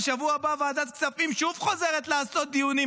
ובשבוע הבא ועדת כספים שוב חוזרת לעשות דיונים,